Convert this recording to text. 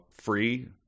free